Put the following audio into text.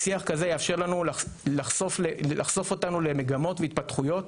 שיח כזה יאפשר לנו לחשוף אותנו למגמות והתפתחויות,